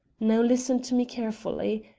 now, listen to me carefully.